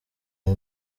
iyo